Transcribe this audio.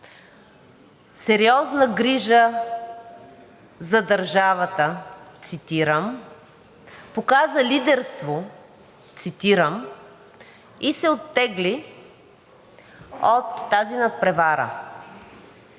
„сериозна грижа за държавата“ – цитирам, „показа лидерство“– цитирам, и се оттегли от тази надпревара.